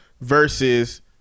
versus